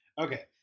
Okay